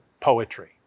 Poetry